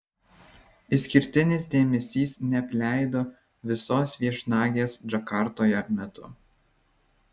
išskirtinis dėmesys neapleido visos viešnagės džakartoje metu